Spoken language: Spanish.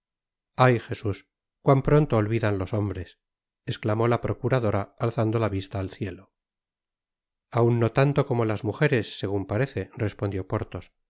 ay jesús cuan pronto olvidan los hombres esclamó la procuradora alzando la vista al cielo aun no tanto como las mujeres segun parece respondió porthos